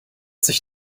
sich